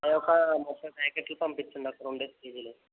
తరువాత ముప్పై ప్యాకెట్లు పంపించండి ఒక రెండేసి కేజీలు